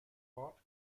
ort